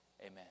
Amen